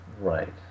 Right